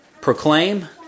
proclaim